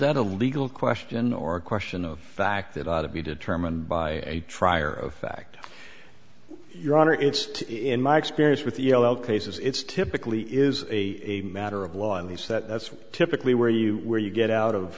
that a legal question or a question of fact that ought to be determined by a trier of fact your honor it's in my experience with yellow cases it's typically is a matter of law and these that's typically where you where you get out of